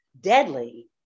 deadly